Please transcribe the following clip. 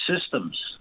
systems